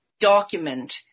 document